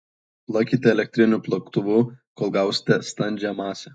plakite elektriniu plaktuvu kol gausite standžią masę